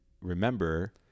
remember